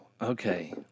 okay